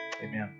Amen